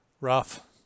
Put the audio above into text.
Rough